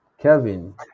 Kevin